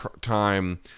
time